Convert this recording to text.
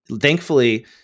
thankfully